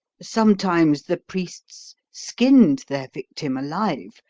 sometimes the priests skinned their victim alive,